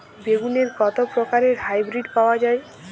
বেগুনের কত প্রকারের হাইব্রীড পাওয়া যায়?